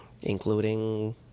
including